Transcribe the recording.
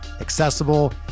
accessible